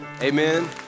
Amen